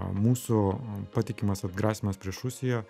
mūsų patikimas atgrasymas prieš rusiją